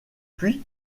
puis